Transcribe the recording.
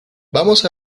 vamos